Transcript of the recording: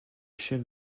chef